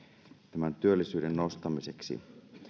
tämän työllisyyden nostamiseksi